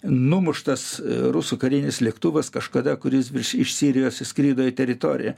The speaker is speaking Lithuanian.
numuštas rusų karinis lėktuvas kažkada kuris virš iš sirijos įskrido į teritoriją